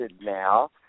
now